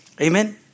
Amen